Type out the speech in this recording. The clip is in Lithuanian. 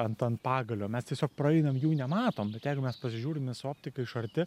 ant ant pagalio mes tiesiog praeinam jų nematom bet jeigu mes pasižiūrime su optika iš arti